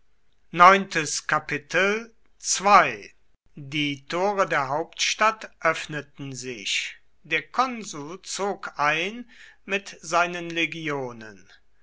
die tore der hauptstadt öffneten sich der konsul zog ein mit seinen legionen